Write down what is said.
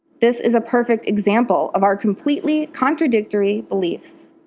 this is a perfect example of our completely contradictory beliefs.